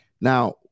Now